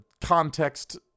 context